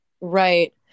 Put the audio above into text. Right